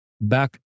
back